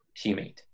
teammate